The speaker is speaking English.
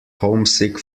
homesick